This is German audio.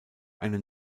einen